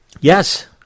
Yes